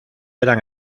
eran